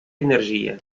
energia